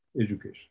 education